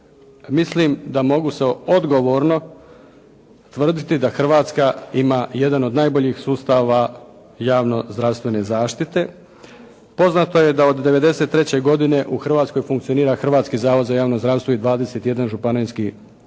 mislim da mogu odgovorno tvrditi da Hrvatska ima jedan od najboljih sustava javno zdravstvene zaštite. Poznato je da od '93. godine u Hrvatskoj funkcionira Hrvatski zavod za javno zdravstvo i 21 županijski zavod